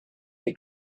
they